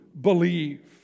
believe